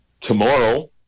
tomorrow